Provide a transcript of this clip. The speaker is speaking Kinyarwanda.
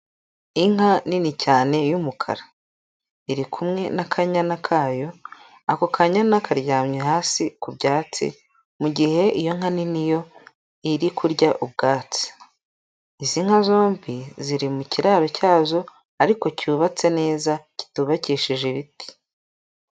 Inka nini cyane y'umukara, iri kumwe n'akanyana kayo, ako kanyana karyamye hasi ku byatsi, mu gihe iyo nka nini yo iri kurya ubwatsi, izi nka zombi ziri mu kiraro cyazo ariko cyubatse neza kitubakishije ibiti.